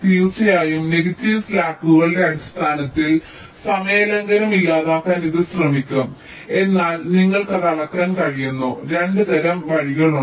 തീർച്ചയായും നെഗറ്റീവ് സ്ലാക്കുകളുടെ അടിസ്ഥാനത്തിൽ സമയ ലംഘനം ഇല്ലാതാക്കാൻ ഇത് ശ്രമിക്കും എന്നാൽ നിങ്ങൾക്ക് അത് അളക്കാൻ കഴിയുന്ന 2 തരം 2 വഴികളുണ്ട്